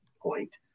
point